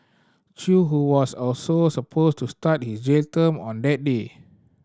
chew who was also supposed to start his jail term on that day